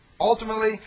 Ultimately